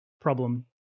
problem